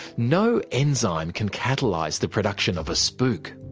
no enzyme can catalyse the production of a spook!